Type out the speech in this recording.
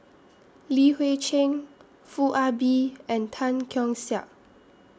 Li Hui Cheng Foo Ah Bee and Tan Keong Saik